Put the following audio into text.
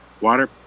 water